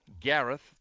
Gareth